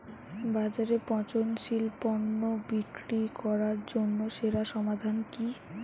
বাজারে পচনশীল পণ্য বিক্রি করার জন্য সেরা সমাধান কি?